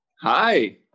hi